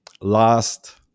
last